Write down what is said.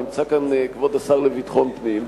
נמצא כאן כבוד השר לביטחון פנים,